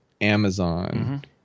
Amazon